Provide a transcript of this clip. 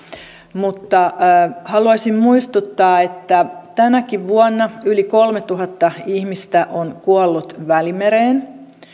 mutta haluaisin muistuttaa että tänäkin vuonna yli kolmetuhatta ihmistä on kuollut välimereen